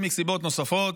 ומסיבות נוספות,